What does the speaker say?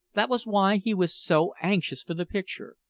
that was why he was so anxious for the picture.